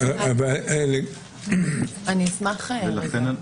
אשמח רגע.